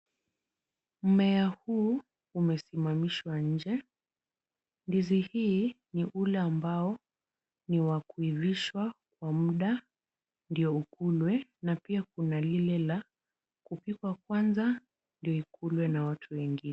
Mmea huu umesimamishwa nje. Ndizi hii ni ule ambao ni wa kuivishwa kwa muda ndio ukulwe na pia kuna lile la kupikwa kwanza ndo ikulwe na watu wengi.